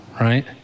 right